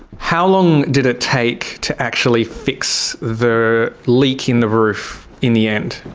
how long did it take to actually fix the leak in the roof in the end?